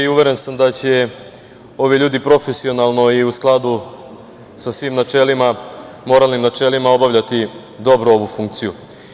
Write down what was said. Uveren sam da će ovi ljudi profesionalno i u skladu sa svim načelima, moralnim načelima obavljati dobro ovu funkciju.